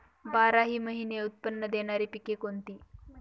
बाराही महिने उत्त्पन्न देणारी पिके कोणती?